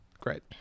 great